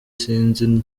sinzi